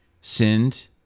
sinned